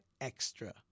extra